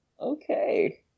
okay